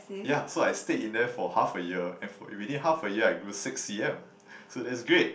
yeah so I stayed in there for half a year and for within half a year I grew six c_m so that's great